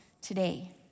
today